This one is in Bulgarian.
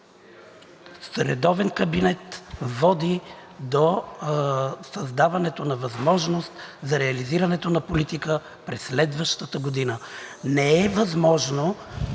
редовен кабинет води до създаването на възможност за реализирането на политика през следващата година. Не е възможно